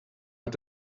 hat